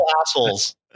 assholes